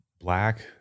black